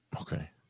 Okay